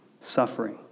Suffering